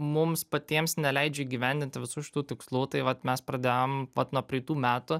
mums patiems neleidžia įgyvendinti visų šitų tikslų tai vat mes pradėjom vat nuo praeitų metų